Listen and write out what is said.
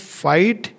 fight